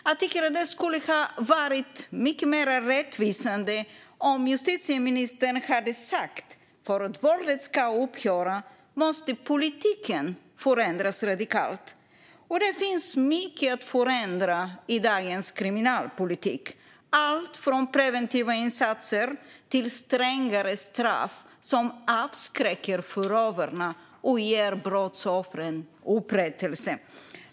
Jag tycker att det skulle ha varit mycket mer rättvisande om justitieministern hade sagt: För att våldet ska upphöra måste politiken förändras radikalt. Och det finns mycket att förändra i dagens kriminalpolitik. Det handlar om allt från preventiva insatser till strängare straff som avskräcker förövarna och ger brottsoffren upprättelse.